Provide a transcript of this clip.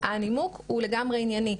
הנימוק הוא לגמרי ענייני,